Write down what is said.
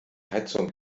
heizung